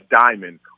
diamond